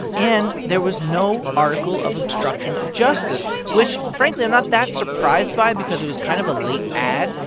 and there was no article of obstruction of justice, which, frankly, i'm not that surprised by because it was kind of a late add.